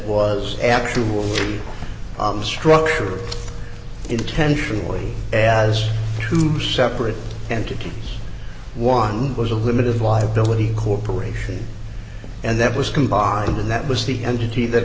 was actually i'm struck intentionally as two separate entities one was a limited liability corporation and that was combined and that was the entity that